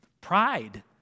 Pride